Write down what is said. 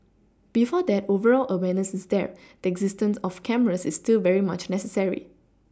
before that overall awareness is there the existence of cameras is still very much necessary